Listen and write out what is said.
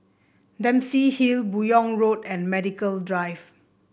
Dempsey Hill Buyong Road and Medical Drive